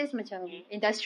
mm